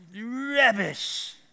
Rubbish